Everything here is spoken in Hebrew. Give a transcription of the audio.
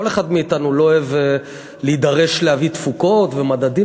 כל אחד מאתנו לא אוהב להביא תפוקות ומדדים.